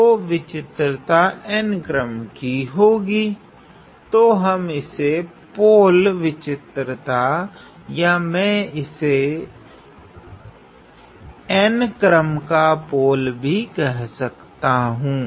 तो विचित्रता n क्रम कि होगी तो हम इसे पोल विचित्रता या मैं इस n क्रम का पोल भी कह सकता हूँ